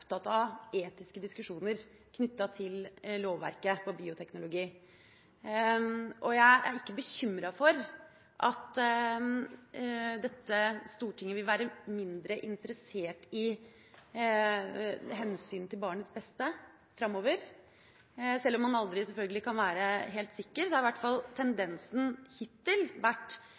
av etiske diskusjoner knyttet til lovverket om bioteknologi. Jeg er ikke bekymret for at dette stortinget vil være mindre interessert i hensynet til barnets beste framover. Sjøl om man selvfølgelig aldri kan være helt sikker, har i hvert fall tendensen hittil